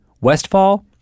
Westfall